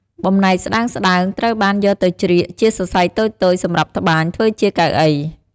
បំណែកស្ដើងៗត្រូវបានយកទៅជ្រៀកជាសរសៃតូចៗសម្រាប់ត្បាញធ្វើជាកៅអី។